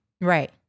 Right